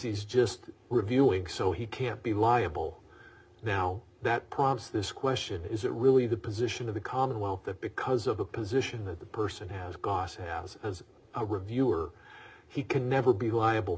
he's just reviewing so he can't be liable now that prompts this question is it really the position of the commonwealth that because of the position that the person has gone to house as a reviewer he can never be liable